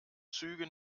züge